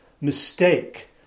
mistake